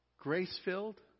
Grace-filled